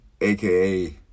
aka